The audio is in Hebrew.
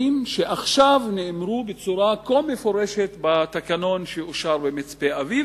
שעכשיו נאמרו בצורה כה מפורשת בתקנון שאושר במצפה-אביב,